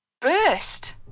burst